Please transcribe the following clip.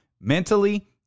mentally